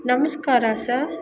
ನಮಸ್ಕಾರ ಸರ್